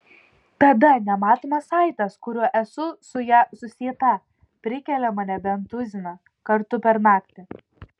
tada nematomas saitas kuriuo esu su ja susieta prikelia mane bent tuziną kartų per naktį